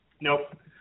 Nope